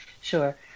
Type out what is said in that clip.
Sure